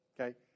Okay